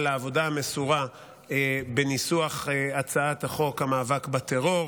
על העבודה המסורה בניסוח הצעת חוק המאבק בטרור